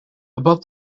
above